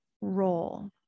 role